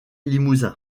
limousin